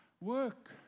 work